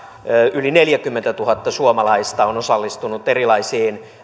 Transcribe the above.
yli neljäkymmentätuhatta suomalaista on osallistunut erilaisiin